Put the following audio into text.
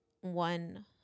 one